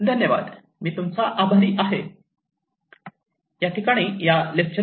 Thank you very much